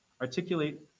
articulate